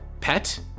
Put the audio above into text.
pet